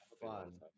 fun